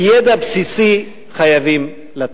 ידע בסיסי חייבים לתת.